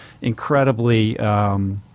incredibly